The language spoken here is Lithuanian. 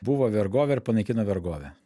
buvo vergovė ir panaikino vergovę